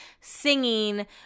singing